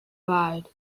ride